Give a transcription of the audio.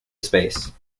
space